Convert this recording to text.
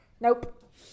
Nope